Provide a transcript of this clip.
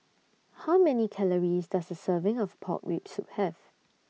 How Many Calories Does A Serving of Pork Rib Soup Have